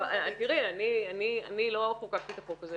אני לא חוקקתי את החוק הזה.